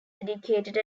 educated